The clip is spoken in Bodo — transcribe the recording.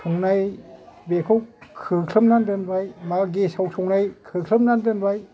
संनाय बेखौ खोख्लोबनानै दोनबाय मा गेसआव संनाय खोख्लोबना दोनबाय